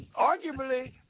arguably